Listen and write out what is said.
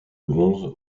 bronze